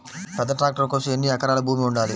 పెద్ద ట్రాక్టర్ కోసం ఎన్ని ఎకరాల భూమి ఉండాలి?